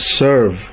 serve